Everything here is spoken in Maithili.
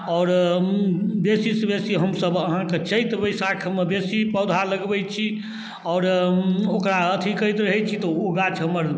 आओर बेसीसँ बेसी हमसब अहाँके चैत बैसाखमे बेसी पौधा लगबै छी आओर ओकरा अथी करैत रहै छी तऽ ओ गाछ हमर